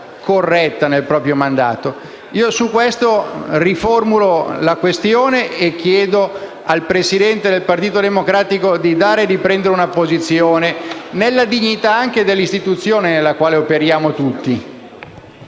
corretta nel proprio mandato. Su questo riformulo la questione e chiedo al Presidente del Partito Democratico di assumere una posizione nella dignità anche dell’istituzione nella quale operiamo tutti.